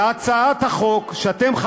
על הצעת החוק שאתם,